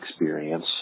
experience